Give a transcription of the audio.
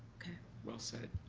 well said.